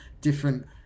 different